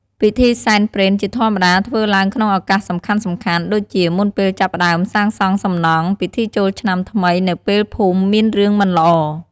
ពិធីសែនព្រេនជាធម្មតាធ្វើឡើងក្នុងឱកាសសំខាន់ៗ ដូចជាមុនពេលចាប់ផ្តើមសាងសង់សំណង់ ពិធីចូលឆ្នាំថ្មីនៅពេលភូមិមានរឿងមិនល្អ ។